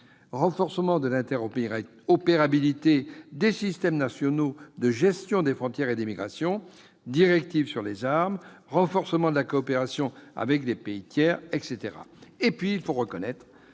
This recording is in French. progression de l'interopérabilité des systèmes nationaux de gestion des frontières et des migrations, directive sur les armes, renforcement de la coopération avec les pays tiers, etc. Il faut aussi reconnaître